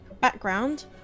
background